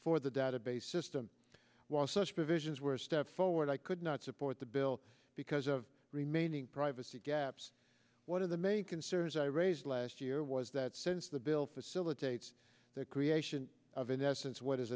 for the database system while such provisions were a step forward i could not support the bill because of remaining privacy gaps one of the main concerns i raised last year was that since the bill facilitates the creation of in essence what is